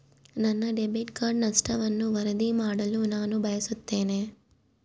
ನನ್ನ debit card ನಷ್ಟವನ್ನು ವರದಿ ಮಾಡಲು ನಾನು ಬಯಸುತ್ತೇನೆ